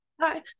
Hi